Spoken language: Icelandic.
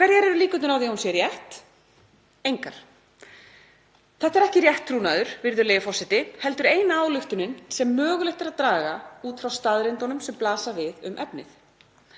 Hverjar eru líkurnar á því að hún sé rétt? Engar. Þetta er ekki rétttrúnaður, virðulegi forseti, heldur eina ályktunin sem mögulegt er að draga út frá staðreyndunum sem blasa við um efnið.